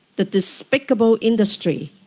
the despicable industry,